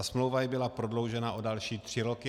Smlouva jí byla prodloužena o další tři roky.